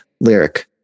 lyric